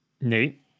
Nate